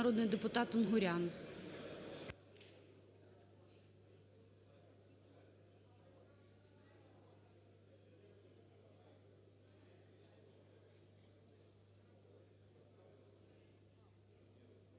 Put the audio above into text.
народний депутат Унгурян.